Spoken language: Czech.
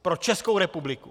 Pro Českou republiku.